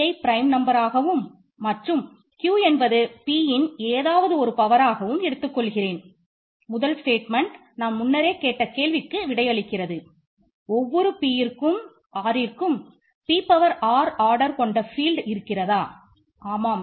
pயை prime r என்று எடுத்துக்கொள்ளலாம்